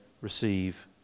receive